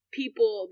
people